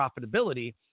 profitability